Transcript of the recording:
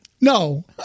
No